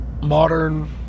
Modern